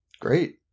Great